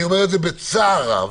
אני אומר את זה בצער רב.